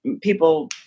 People